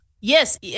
Yes